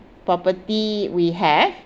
property we have